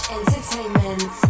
Entertainment